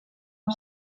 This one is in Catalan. amb